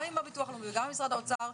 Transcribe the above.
גם עם הביטוח הלאומי וגם עם משרד האוצר.